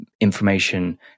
information